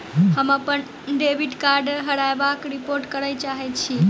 हम अप्पन डेबिट कार्डक हेराबयक रिपोर्ट करय चाहइत छि